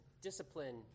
discipline